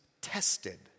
tested